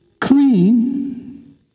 Clean